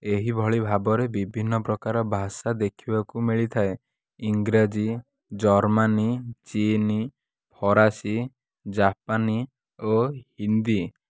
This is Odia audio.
ଏହିଭଳି ଭାବରେ ବିଭିନ୍ନ ପ୍ରକାର ଭାଷା ଦେଖିବାକୁ ମିଳିଥାଏ ଇଂରାଜୀ ଜର୍ମାନ୍ ଚୀନ୍ ଫରାସୀ ଜାପାନ୍ ଓ ହିନ୍ଦୀ